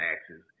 axes